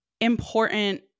important